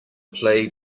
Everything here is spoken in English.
play